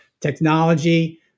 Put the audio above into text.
technology